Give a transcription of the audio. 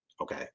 okay